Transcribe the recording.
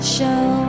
Show